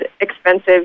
expensive